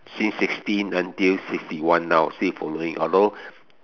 since sixteen until sixty one now still following although